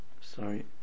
sorry